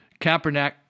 Kaepernick